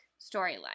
storyline